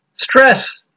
Stress